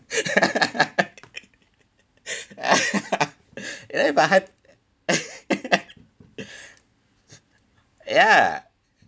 ya but high ya